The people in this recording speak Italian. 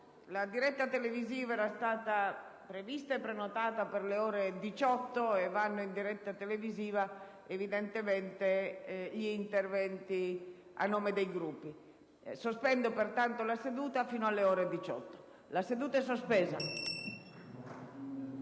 la diretta televisiva era stata prevista per le ore 18. Andranno in diretta televisiva, evidentemente, gli interventi a nome dei Gruppi. Sospendo pertanto la seduta fino alle ore 18. *(La seduta, sospesa